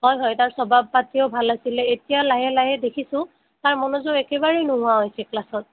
হয় হয় তাৰ স্বভাৱ পাতিও ভাল আছিলে এতিয়া লাহে লাহে দেখিছোঁ তাৰ মনোযোগ একেবাৰেই নোহোৱা হৈছে ক্লাছত